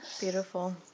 beautiful